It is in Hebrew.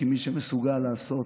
כי מי שמסוגל לעשות